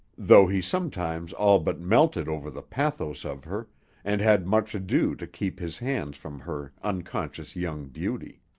though he sometimes all but melted over the pathos of her and had much ado to keep his hands from her unconscious young beauty.